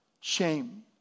Shame